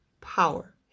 power